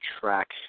track